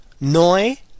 Noi